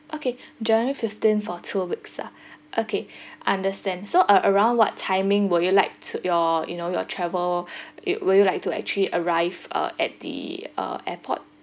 okay january fifteen for two weeks ah okay understand so uh around what timing would you like to your you know your travel uh would you like to actually arrive uh at the uh airport